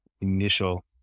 Initial